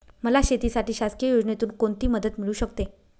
मला शेतीसाठी शासकीय योजनेतून कोणतीमदत मिळू शकते?